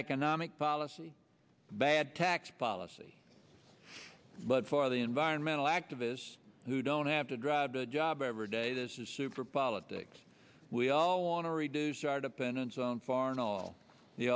economic policy bad tax policy but for the environmental activists who don't have to drive a job every day this is super politics we all want to reduce our dependence on foreign oil the